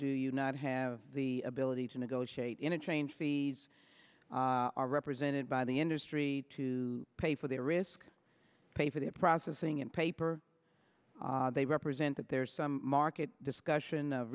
do you not have the ability to negotiate interchange fees are represented by the industry to pay for their risk pay for the processing and paper they represent that there's some market discussion of